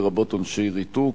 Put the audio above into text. לרבות עונשי ריתוק.